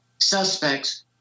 suspects